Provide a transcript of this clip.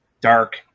dark